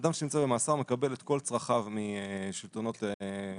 אדם שנמצא במאסר מקבל את כל צרכיו משלטונות השב"ס